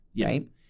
right